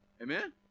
Amen